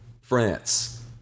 France